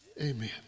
amen